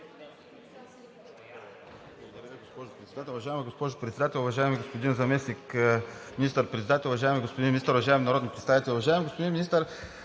Уважаема госпожо Председател, уважаеми господин Заместник министър-председател, уважаеми господин Министър, уважаеми народни представители! Уважаеми господин Министър,